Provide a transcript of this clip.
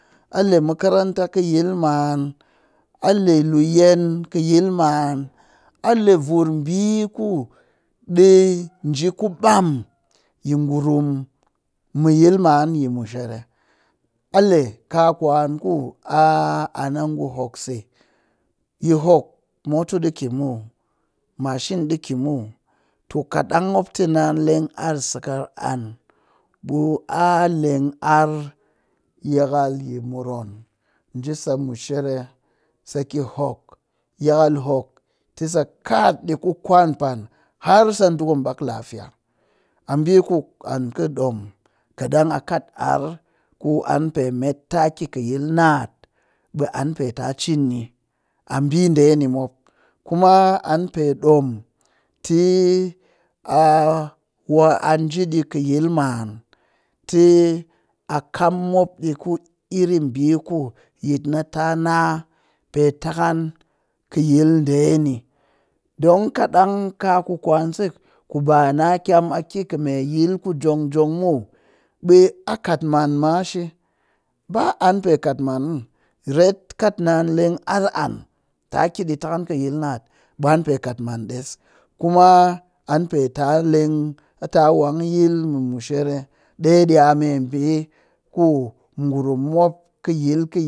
Ale makaranta kɨ yil ma'an ale luyen kɨ yil ma'an ale vur ɓii ɗe nji ku ɓam yi ngurum mɨ yil ma'an yi mushere ale ka kwan ku an ngu hok se, yi hok moto ɗi ki muw machine ɗii ki muw too kat ɗang mop naan leng arr sakal an ɓe a leng arr yakal yi moroon nji sa mushere saki hok yakal hok tɨ sa kat ɗi ku quanpan har sa dukum ɓak lafiya a ɓi ku an kɨ ɗom kat ɗang a kat arr ku an pe met taa ki kɨ yil naat ɓe an pe ta cin ni a ɓi ɗe ni mop. Kuma an pe ɗom tɨ a wa nji ɗii kɨ yil ma'an tɨ a kam mop ɗi ku iri ɓi ku yitna ta na pe kɨ yil ɗe ni, don kadang ka ku kwan se ku ba na kyam a ki kɨ me yil ku jong jong muw ɓe a kat maan mashi ba an pe kat maan muw ret kat naan leng arr an taa ki ɗi takan kɨ yil naat ɓaa an pe kat maan ɗes. Kuma an pee ta leng a ta wang yil mɨ mushere ɗe di'a mebi ku ngurum mop kɨ yil kɨ yil